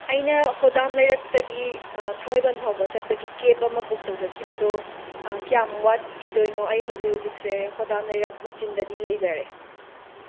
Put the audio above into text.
ꯑꯩꯅ ꯍꯣꯗꯥꯝ ꯂꯩꯔꯛꯇꯒꯤ ꯊꯥꯡꯃꯩꯕꯟ ꯐꯥꯎꯕ ꯆꯠꯄꯒꯤ ꯀꯦꯞ ꯑꯃ ꯕꯨꯛ ꯇꯧꯖꯈꯤꯕꯗꯨ ꯀꯌꯥꯝ ꯋꯥꯠꯈꯤꯗꯣꯏꯅꯣ ꯑꯩ ꯍꯧꯖꯤꯛ ꯍꯧꯖꯤꯛꯁꯦ ꯍꯣꯗꯥꯝ ꯂꯩꯔꯛ ꯃꯆꯤꯟꯗꯗꯤ ꯂꯩꯖꯔꯦ